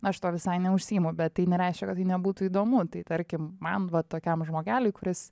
aš to visai neužsiimu bet tai nereiškia kad tai nebūtų įdomu tai tarkim man va tokiam žmogeliui kuris